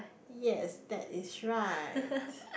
yes that is right